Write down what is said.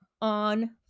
on